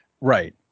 Right